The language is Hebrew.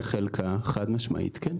בחלקה חד-משמעית כן.